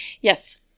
Yes